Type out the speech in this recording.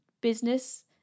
business